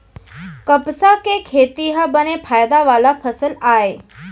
कपसा के खेती ह बने फायदा वाला फसल आय